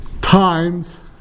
times